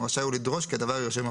רשאי הוא לדרוש כי הדבר יירשם בפרוטוקול.